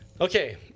okay